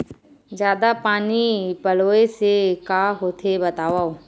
जादा पानी पलोय से का होथे बतावव?